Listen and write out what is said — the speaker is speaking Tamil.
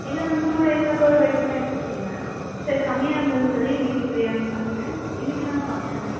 இல்லை மேம் டூ டேஸாக கேர்ட் ரைஸ் தான் எடுத்துட்டு இருந்தேன் சரி கம்மியாக இருந்ததுனு சொல்லி இன்னைக்கு பிரியாணி சாப்பிட்டேன் இன்னைக்கு தான் சாப்பிட்டேன் மேம்